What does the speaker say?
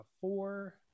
four